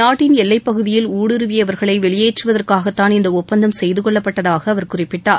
நாட்டின் எல்லைப்பகுதியில் ஊடுருவியவர்களை வெளியேற்றுவதற்காகத்தான் ஒப்பந்தம் இந்த செய்துகொள்ளப்பட்டதாக அவர் குறிப்பிட்டார்